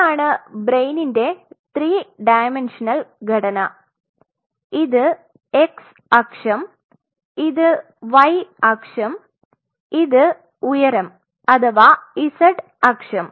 ഇതാണ് ബ്രയിനിന്റെ 3 ഡയമെൻഷനൽ ഘടന ഇത് x അക്ഷം ഇത് y അക്ഷം ഇത് ഉയരം അഥവാ z അക്ഷം